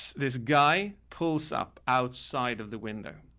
this guy pulls up outside of the window.